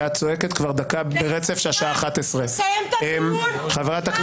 ואת צועקת כבר דקה ברצף כשהשעה 11:00. תסיים את הדיון --- הנה,